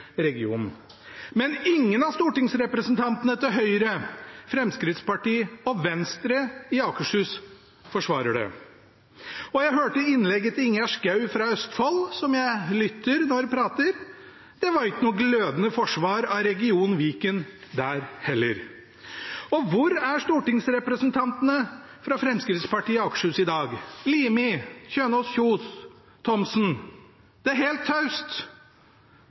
regionen. Men ingen av stortingsrepresentantene til Høyre, Fremskrittspartiet og Venstre i Akershus forsvarer den. Jeg hørte innlegget til Ingjerd Schou fra Østfold, som jeg lytter til når hun prater. Det var ikke noe glødende forsvar av region Viken der heller. Hvor er stortingsrepresentantene fra Fremskrittspartiet i Akershus i dag: Limi, Kjønaas Kjos, Thomsen? Det er helt taust